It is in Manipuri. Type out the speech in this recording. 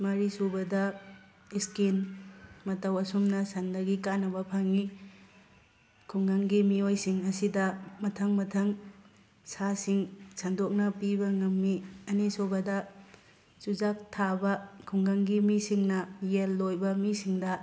ꯃꯔꯤꯁꯨꯕꯗ ꯁ꯭ꯀꯤꯟ ꯃꯇꯧ ꯑꯁꯨꯝꯅ ꯁꯟꯗꯒꯤ ꯀꯥꯟꯅꯕ ꯐꯪꯉꯤ ꯈꯨꯡꯒꯪꯒꯤ ꯃꯤꯑꯣꯏꯁꯤꯡ ꯑꯁꯤꯗ ꯃꯊꯪ ꯃꯊꯪ ꯁꯥꯁꯤꯡ ꯁꯟꯗꯣꯛꯅ ꯄꯤꯕ ꯉꯝꯃꯤ ꯑꯅꯤꯁꯨꯕꯗ ꯆꯨꯖꯥꯛ ꯊꯥꯕ ꯈꯨꯡꯒꯪꯒꯤ ꯃꯤꯁꯤꯡꯅ ꯌꯦꯜ ꯂꯣꯏꯕ ꯃꯤꯁꯤꯡꯗ